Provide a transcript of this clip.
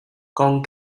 con